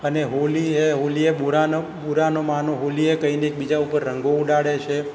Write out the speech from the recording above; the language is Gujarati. અને હોલી હૈ હોલી હૈ બુરા ન બુરા ન માનો હોલી હૈ કહીને એકબીજા ઉપર રંગો ઉડાડે છે